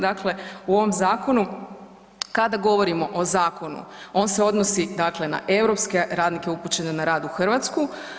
Dakle, u ovom zakonu, kada govorimo o zakonu, on se odnosi dakle, na europske radnike upućene na rad u Hrvatsku.